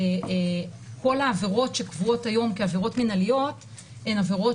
כל העבירות שקבועות היום כעבירות מינהליות הן עבירות